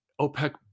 OPEC